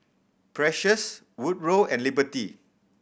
Precious Woodrow and Liberty